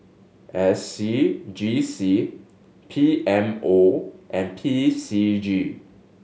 S C G C P M O and P C G